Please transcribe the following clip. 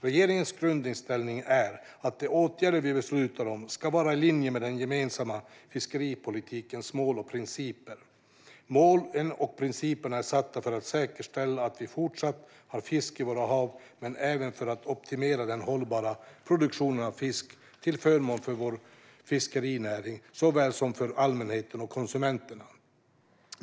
Regeringens grundinställning är att de åtgärder vi beslutar om ska vara i linje med den gemensamma fiskeripolitikens mål och principer. Målen och principerna är satta för att säkerställa att vi fortsatt har fisk i våra hav men även för att optimera den hållbara produktionen av fisk till förmån för såväl vår fiskerinäring som allmänheten och konsumenterna.